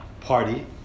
party